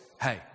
hey